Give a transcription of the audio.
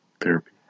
therapy